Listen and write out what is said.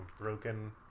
broken